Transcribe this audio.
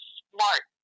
smart